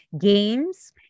games